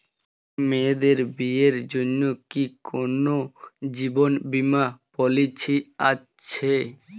মেয়েদের বিয়ের জন্য কি কোন জীবন বিমা পলিছি আছে?